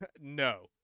No